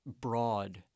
broad